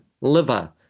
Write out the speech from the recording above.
liver